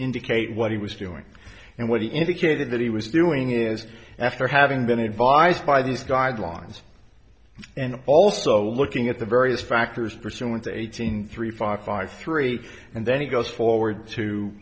indicate what he was doing and what he indicated that he was doing is after having been advised by these guidelines and also looking at the various factors pursuant to eighteen three five five three and then he goes forward to